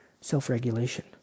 self-regulation